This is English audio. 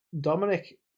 Dominic